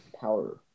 power